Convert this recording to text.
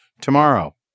tomorrow